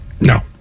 No